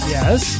Yes